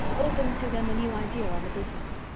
opened to them a new idea on the business.